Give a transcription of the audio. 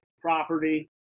property